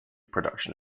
production